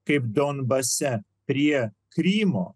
kaip donbase prie krymo